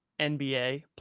NBA